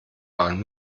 waren